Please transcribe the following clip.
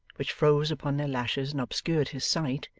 which froze upon their lashes and obscured his sight,